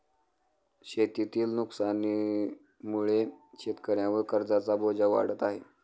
शेतीतील नुकसानीमुळे शेतकऱ्यांवर कर्जाचा बोजा वाढत आहे